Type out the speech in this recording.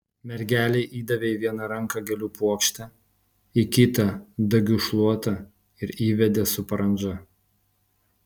mergelei įdavė į vieną ranką gėlių puokštę į kitą dagių šluotą ir įvedė su parandža